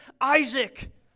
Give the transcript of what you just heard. Isaac